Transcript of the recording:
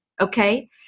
Okay